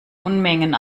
unmengen